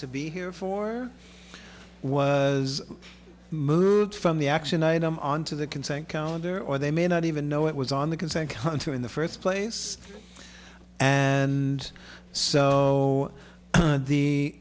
to be here for was moved from the action item on to the consent calendar or they may not even know it was on the consent hunter in the first place and